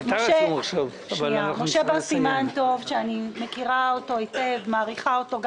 אני שומעת אותך משה מדבר על